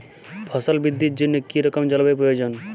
ফসল বৃদ্ধির জন্য কী রকম জলবায়ু প্রয়োজন?